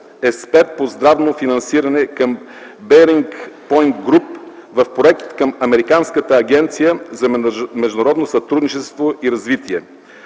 експерт по здравно финансиране към „Беринг поинт груп” в проект към Американската агенция за международно сътрудничество и развитие,